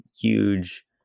huge